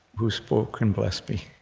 who spoke and blessed me,